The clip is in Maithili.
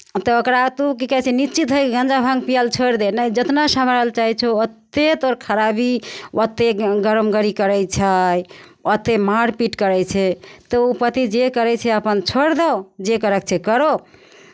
तऽ ओकरा तऽ की कहै छै निश्चित है गाँजा भाँग पियल छोड़ि दे नहि जेतना सवाल चाहै छै ओतेक तोहर खराबी ओतेक गरम गरी करै छै ओतेक मारपीट करै छै तऽ पति जे करै छै अपन छोड़ि दौ जे करक छै करौ